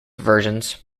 versions